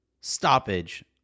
stoppage